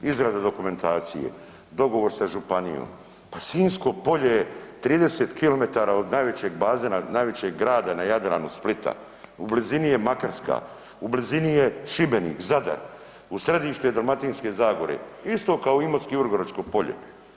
Izrada dokumentacije, dogovor sa županijom, pa Sinjsko polje je 30 km od najvećeg bazena, najvećeg grada na Jadranu Splita, u blizini je Makarska, u blizini je Šibenik, Zadar, u središte Dalmatinske zagore, isto kao Imotsko i Vrgoračko polje.